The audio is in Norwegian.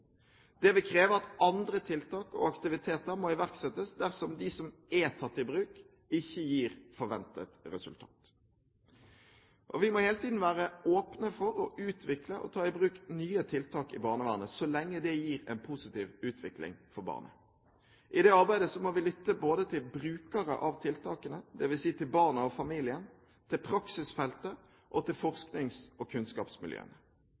Det vil kreve at andre tiltak og aktiviteter må iverksettes dersom de som er tatt i bruk, ikke gir forventet resultat. Vi må hele tiden være åpne for å utvikle og ta i bruk nye tiltak i barnevernet, så lenge dette gir en positiv utvikling for barnet. I det arbeidet må vi lytte både til brukere av tiltakene, dvs. til barna og familien, til praksisfeltet og til forsknings- og kunnskapsmiljøene.